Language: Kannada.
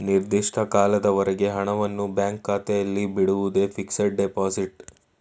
ನಿರ್ದಿಷ್ಟ ಕಾಲದವರೆಗೆ ಹಣವನ್ನು ಬ್ಯಾಂಕ್ ಖಾತೆಯಲ್ಲಿ ಬಿಡುವುದೇ ಫಿಕ್ಸಡ್ ಡೆಪೋಸಿಟ್